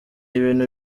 ibintu